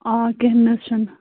آ کیٚنٛہہ نہَ حَظ چھُ نہٕ